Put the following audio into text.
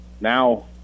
Now